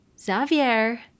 Xavier